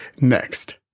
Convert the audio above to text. Next